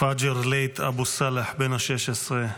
פג'ר ליית אבו סאלח, בן 16,